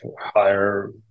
higher